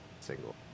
single